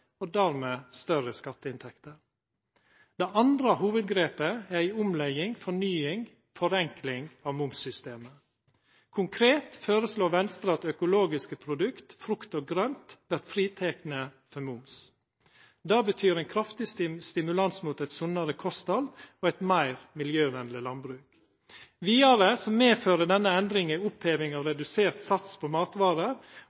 og dermed større skatteinntekter. Det andre hovudgrepet er ei omlegging, fornying og forenkling av momssystemet. Konkret føreslår Venstre at økologiske produkt, frukt og grønt vert fritekne for moms. Det betyr ein kraftig stimulans mot eit sunnare kosthald og eit meir miljøvenleg landbruk. Vidare medfører denne endringa ei oppheving av